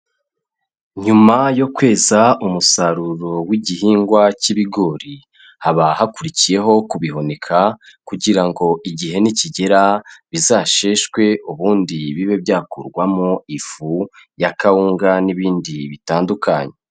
Nyuma yo kweza umusaruro w'igihingwa cy'ibigori, haba hakurikiyeho kubihunika kugira ngo igihe nikigera bizasheshwe ubundi bibe byakurwamo ifu ya kawunga n'ibindi bitandukanye.